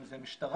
אם זה משטרה,